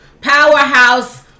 powerhouse